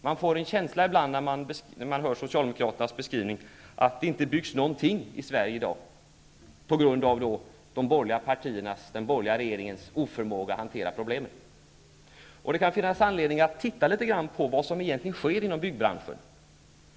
Man får ibland när man hör socialdemokraternas beskrivning en känsla av att det inte byggs någonting i Sverige i dag, på grund av den borgerliga regeringens oförmåga att hantera problemen. Det kan finnas anledning att titta litet på vad som egentligen sker inom byggbranschen.